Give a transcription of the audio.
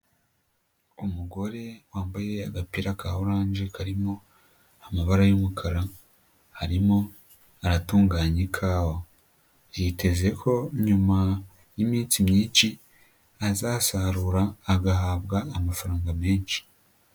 Umugore wambaye agapira ka oranje karimo amabara y'umukara, arimo aratunganya ikawa yiteze ko nyuma yiminsi myinshi azasarura agahabwa amafaranga menshi.